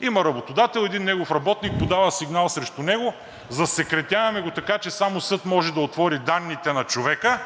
Има работодател, един негов работник подава сигнал срещу него, засекретяваме го, така че само съд може да отвори данните на човека;